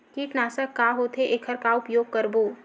कीटनाशक का होथे एखर का उपयोग करबो?